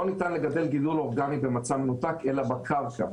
לא ניתן לגדל גידול אורגני במצב מנותק בגלל הקרקע,